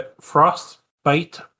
Frostbite